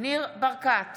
ראש ממשלת